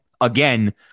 again